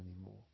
anymore